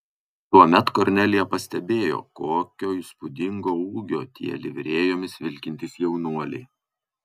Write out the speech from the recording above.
tuomet kornelija pastebėjo kokio įspūdingo ūgio tie livrėjomis vilkintys jaunuoliai